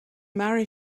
marry